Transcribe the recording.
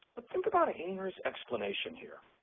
but think about eighner's explanation here,